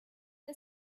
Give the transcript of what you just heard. the